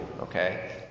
okay